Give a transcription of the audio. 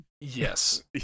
Yes